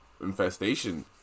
infestation